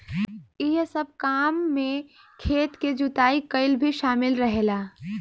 एह सब काम में खेत के जुताई कईल भी शामिल रहेला